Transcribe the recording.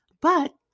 But